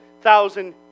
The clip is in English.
thousand